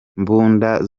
mbunda